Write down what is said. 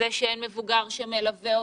זה שאין מבוגר שמלווה אותם.